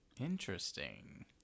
Interesting